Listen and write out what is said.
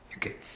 Okay